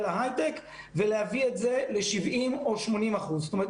להייטק ולהביא את זה ל-70% או 80%. זאת אומרת,